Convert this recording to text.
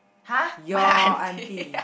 !huh! my aunty